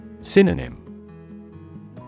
Synonym